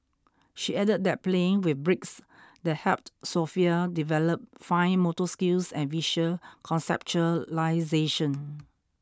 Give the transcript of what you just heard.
she added that playing with bricks that helped Sofia develop fine motor skills and visual conceptualisation